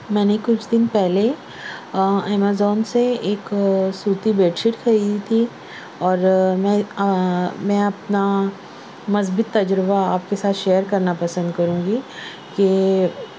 میں نے کچھ دن پہلے ایمزون سے ایک سوتی بیڈ شیٹ خریدی تھی اور میں میں اپنا مثبت تجربہ آپ کے ساتھ شیئر کرنا پسند کروں گی کہ